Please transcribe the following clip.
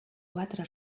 quatre